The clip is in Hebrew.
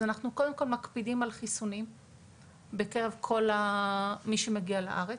אז אנחנו קודם כל מקפידים על חיסונים בקרב כל מי שמגיע לארץ,